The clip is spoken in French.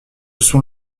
sont